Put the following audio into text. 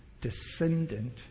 descendant